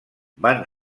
van